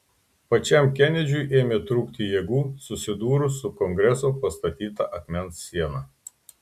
pačiam kenedžiui ėmė trūkti jėgų susidūrus su kongreso pastatyta akmens siena